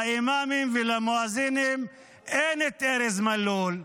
לאימאמים ולמואזינים אין את ארז מלול -- רגע,